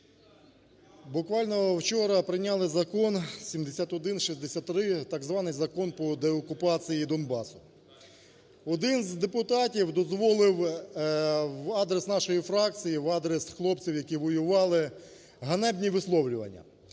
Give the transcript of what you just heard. Буквально вчора прийняли Закон 7163, так званий Закон подеокупації Донбасу. Один з депутатів дозволив в адрес нашої фракції, в адрес хлопців які воювали ганебні висловлювання.